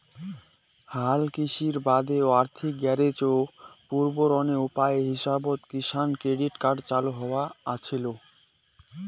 হালকৃষির বাদে আর্থিক গরোজ পূরণের উপায় হিসাবত কিষাণ ক্রেডিট কার্ড চালু হয়া আছিল